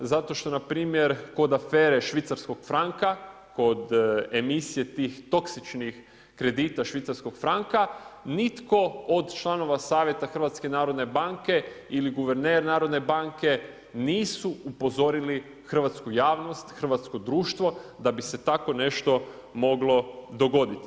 Zato što npr. kod afere Švicarskog franka, kod emisije tih toksičnih kredita Švicarskog franka, nitko od članova savjeta HNB-a ili guverner Narodne banke, nisu upozorili hrvatsku javnost, hrvatsko društvo da bi se tako nešto moglo dogoditi.